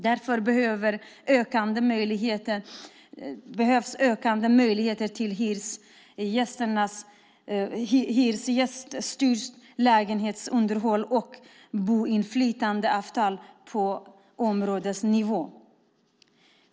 Därför behövs ökade möjligheter till hyresgäststyrt lägenhetsunderhåll och boinflytandeavtal på områdesnivå.